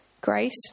grace